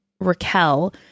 Raquel